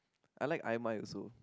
I like ai mai also